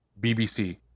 BBC